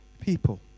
people